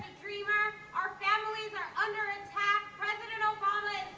dreamer. our families are under attack. you know